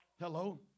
Hello